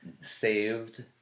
saved